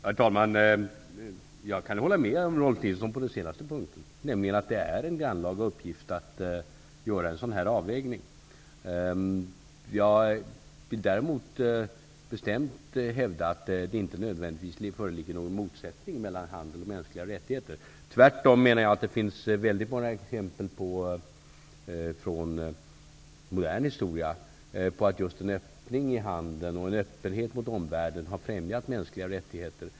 Herr talman! Jag kan hålla med Rolf L Nilson på den sista punkten. Det är en grannlaga uppgift att göra en sådan avvägning. Jag vill däremot bestämt hävda att det inte nödvändigtvis föreligger någon motsättning mellan handel och mänskliga rättigheter. Det finns tvärtom många exempel från modern historia på att just en öppning i handeln och en öppenhet mot omvärlden har främjat mänskliga rättigheter.